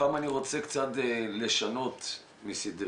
הפעם אני רוצה קצת לשנות מסדרי.